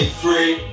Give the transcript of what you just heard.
free